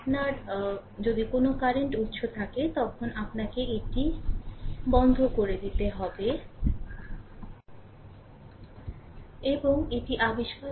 আপনার যদি কোনও কারেন্ট উৎস থাকে তবে আপনাকে এটি বন্ধ করে দিতে হবে এবং এটি আবিষ্কার করতে হবে যে RThevenin কী